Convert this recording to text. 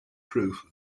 proof